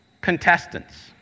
contestants